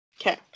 Okay